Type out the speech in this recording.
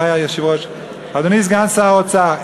אדוני סגן שר האוצר,